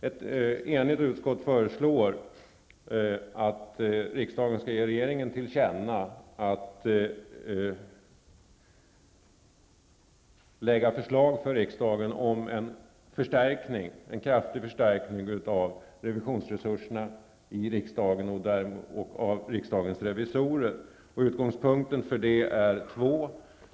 Ett enigt utskott föreslår att riksdagen skall ge regeringen till känna vad utskottet anfört om att regeringen bör lägga fram förslag för riksdagen om en kraftig förstärkning av revisionsresurserna för den statliga revisionen och riksdagens revisorer. Skälen härför är två.